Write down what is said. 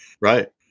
Right